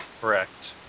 Correct